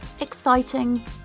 exciting